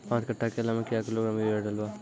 पाँच कट्ठा केला मे क्या किलोग्राम यूरिया डलवा?